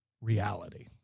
reality